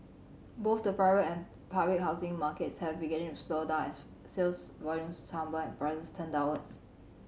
both the private and public housing markets have begun to slow down as sales volumes tumble and prices turn downwards